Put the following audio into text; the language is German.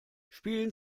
spielen